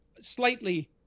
slightly